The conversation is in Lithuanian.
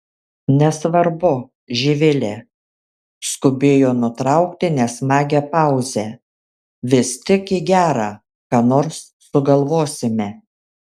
nesvarbu živile skubėjo nutraukti nesmagią pauzę viskas tik į gera ką nors sugalvosime